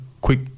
quick